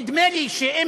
דווקא לגלעד ארדן יש אומץ.